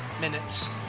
minutes